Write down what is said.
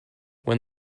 when